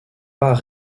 pas